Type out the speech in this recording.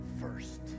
first